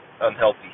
unhealthy